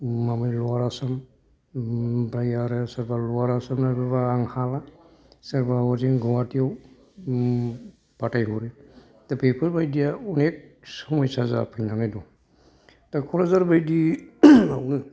माबे लवार आसाम दा आरो सोरबा लवार आसामनो आं हाला सोरबा हजों गुवाहाटिआव फाथाय हरो दा बेफोरबायदिया अनेख समयसा जाफैनानै दं दा क'क्राझार बायदि आवनो